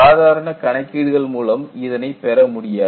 சாதாரண கணக்கீடுகள் மூலம் இதனை பெற முடியாது